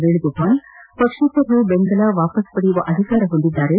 ವೇಣುಗೋಪಾಲ್ ಪಕ್ಷೇತರರು ಬೆಂಬಲ ಹಿಂಪಡೆಯಲು ಅಧಿಕಾರ ಹೊಂದಿದ್ದಾರೆ